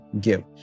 give